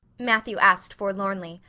matthew asked forlornly,